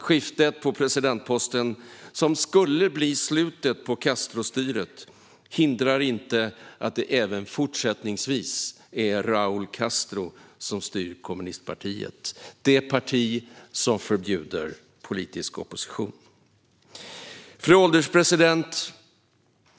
Skiftet på presidentposten, som skulle bli slutet på Castrostyret, hindrar inte att det även fortsättningsvis är Raúl Castro som styr kommunistpartiet, det parti som förbjuder politisk opposition. Fru ålderspresident!